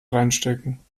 reinstecken